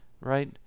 right